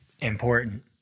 important